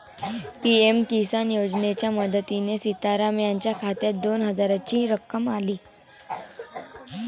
PM Kisan योजनेच्या मदतीने सीताराम यांच्या खात्यात दोन हजारांची रक्कम आली